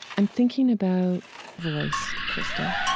i'm thinking about voice, krista,